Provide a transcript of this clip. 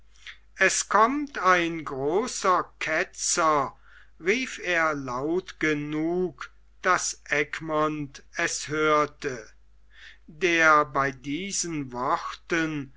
es kommt ein großer ketzer rief er laut genug daß egmont es hörte der bei diesen worten